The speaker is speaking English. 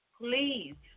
please